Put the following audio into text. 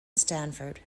stanford